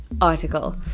Article